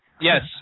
Yes